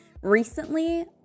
recently